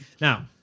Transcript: Now